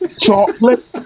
chocolate